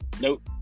Nope